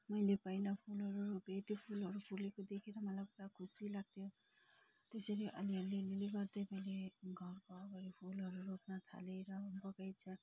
मैले पहिला फुलहरू रोपेँ त्यो फुलहरू फुलेको देखेर मलाई पुरा खुसी लाग्थ्यो त्यसरी अलिअलि अलिअलि गर्दै मैले घरको अगाडि फुलहरू रोप्न थालेँ र बगैँचा